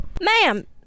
ma'am